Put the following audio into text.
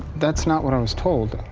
that's not what i was told.